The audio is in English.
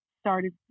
started